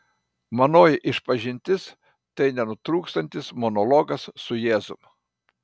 manoji išpažintis tai nenutrūkstantis monologas su jėzum